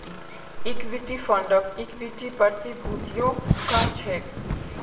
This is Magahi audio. इक्विटी फंडक इक्विटी प्रतिभूतियो कह छेक